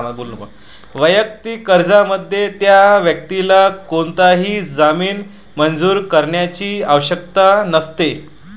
वैयक्तिक कर्जामध्ये, त्या व्यक्तीला कोणताही जामीन मंजूर करण्याची आवश्यकता नसते